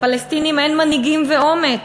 לפלסטינים אין מנהיגים ואומץ.